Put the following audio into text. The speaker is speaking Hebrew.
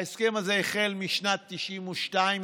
ההסכם הזה החל בשנת 1992,